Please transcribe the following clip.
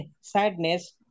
sadness